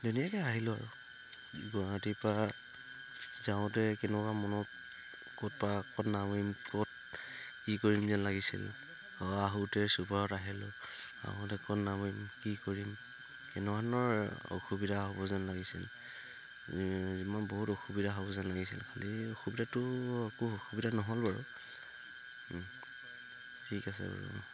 ধুনীয়াকে আহিলোঁ আৰু গুৱাহাটীৰ পৰা যাওঁতে কেনেকুৱা মনত ক'ত কি কৰিম যেন লাগিছিল আহিলোঁ আহোঁতে ক'ত নামিম কি কৰিম কেনেধৰণৰ অসুবিধা হ'ব যেন লাগিছিল যিমান বহুত অসুবিধা হ'ব যেন লাগিছিল খালী অসুবিধাটো একো অসুবিধা নহ'ল বাৰু ঠিক আছে বাৰু